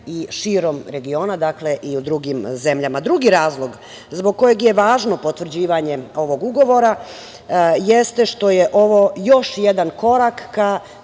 i širom regiona, u drugim zemljama. Drugi razlog, zbog kojeg je važno potvrđivanje ovog ugovora jeste što je ovo još jedan korak, ka